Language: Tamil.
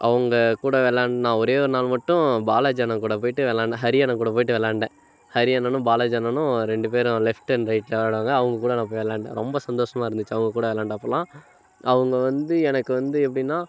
அவங்க கூட வெளாண்டு நான் ஒரே ஒரு நாள் மட்டும் பாலாஜி அண்ணன் கூட போய்ட்டு விளாண்டேன் ஹரி அண்ணன் கூட போய்ட்டு விளாண்டேன் ஹரி அண்ணனும் பாலாஜி அண்ணனும் ரெண்டு பேரும் லெஃப்ட் அண்ட் ரைட் விளாடுவாங்க அவங்க கூட நான் போய் விளாண்டேன் ரொம்ப சந்தோஷமா இருந்துச்சு அவங்க கூட விளாண்ட அப்போல்லாம் அவங்க வந்து எனக்கு வந்து எப்படின்னா